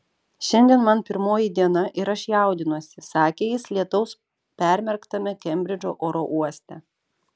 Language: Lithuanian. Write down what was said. šiandien man pirmoji diena ir aš jaudinuosi sakė jis lietaus permerktame kembridžo oro uoste